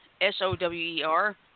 S-O-W-E-R